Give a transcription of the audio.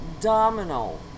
domino